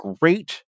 great